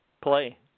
play